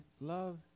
love